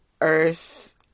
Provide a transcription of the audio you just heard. earth